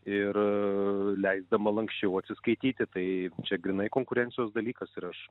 ir leisdama lanksčiau atsiskaityti tai čia grynai konkurencijos dalykas ir aš